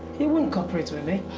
he wouldn't cooperate with me.